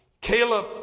Caleb